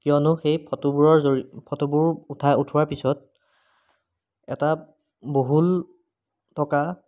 কিয়নো সেই ফটোবোৰৰ জৰি ফটোবোৰ উঠা উঠোৱাৰ পিছত এটা বহুল টকা